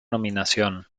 nominación